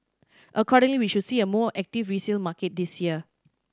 accordingly we should see a more active resale market this year